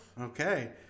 Okay